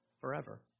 forever